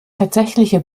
tatsächliche